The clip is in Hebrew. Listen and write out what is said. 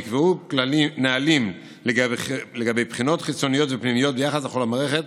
נקבעו נהלים לגבי בחינות חיצוניות ופנימיות ביחס לכל המערכת,